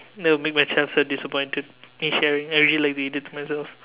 that will make my child so disappointed in sharing I really like to eat it to myself